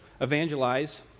evangelize